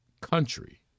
country